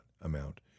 amount